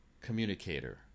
communicator